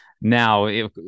now